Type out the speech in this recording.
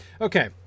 Okay